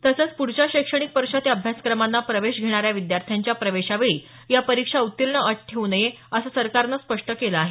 तसंच पुढच्या शैक्षणिक वर्षात या अभ्यासक्रमांना प्रवेश घेणाऱ्या विद्यार्थ्यांच्या प्रवेशावेळी या परीक्षा उत्तीर्ण अट ठेवू नये असं सरकारनं स्पष्ट केलं आहे